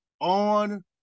on